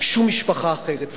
משום משפחה אחרת.